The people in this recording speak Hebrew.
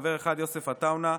חבר אחד: יוסף עטאונה,